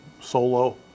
solo